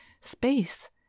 space